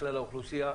לכלל האוכלוסייה,